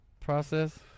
process